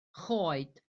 choed